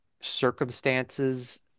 circumstances